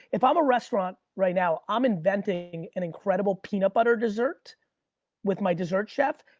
if i'm a restaurant right now, i'm inventing an incredible peanut butter desert with my desert chef,